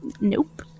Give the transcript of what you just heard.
Nope